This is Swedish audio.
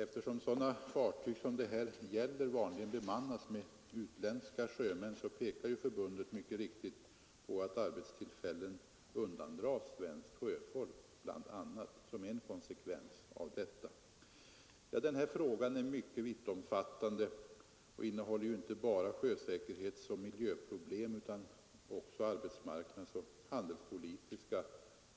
Eftersom sådana fartyg som det här gäller vanligen bemannas med utländska sjömän, pekar förbundet mycket riktigt på som en bland flera konsekvenser av detta att arbetstillfällen undandras svenskt olk. Frågan är mycket vittomfattande och innehåller inte bara sjösäkerhetsoch miljöproblem utan också arbetsmarknadsoch handelspolitiska